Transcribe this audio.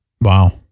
Wow